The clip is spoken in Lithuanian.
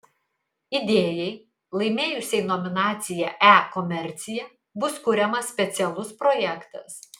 idėjai laimėjusiai nominaciją e komercija bus kuriamas specialus projektas